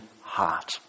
heart